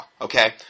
okay